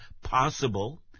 possible